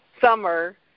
summer